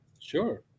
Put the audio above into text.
Sure